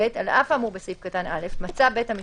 (ב)על אף האמור בסעיף קטן (א), מצא בית המשפט,